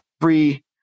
free